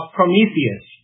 Prometheus